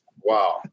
Wow